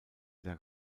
der